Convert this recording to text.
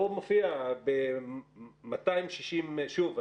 שוב,